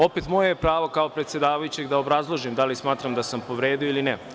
Opet, moje je pravo kao predsedavajućeg da obrazložim da li smatram da sam povredio ili ne.